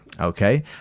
Okay